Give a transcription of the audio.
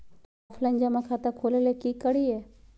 Offline जमा खाता खोले ले की करिए?